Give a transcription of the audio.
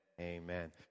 amen